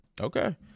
Okay